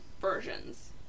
Versions